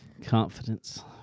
Confidence